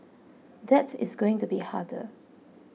that is going to be harder